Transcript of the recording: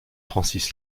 francis